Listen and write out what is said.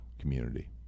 community